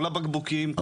כל הבקבוקים.